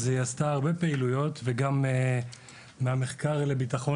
היא עשתה הרבה פעילויות וגם מהמחקר לביטחון